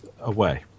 away